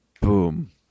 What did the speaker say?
boom